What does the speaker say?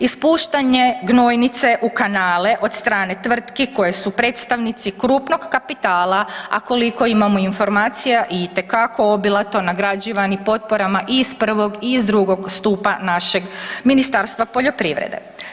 Ispuštanje gnojnice u kanale od strane tvrtki koje su predstavnici krupnog kapitala ako koliko imamo informacija, itekako obilato nagrađivani potporama iz prvog i iz drugog stupa našeg Ministarstva poljoprivrede.